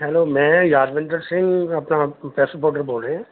hello ਮੈਂ ਯਾਦਵਿੰਦਰ ਸਿੰਘ ਆਪਣਾ press reporter ਬੋਲ ਰਿਹਾ